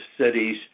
cities